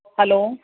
hello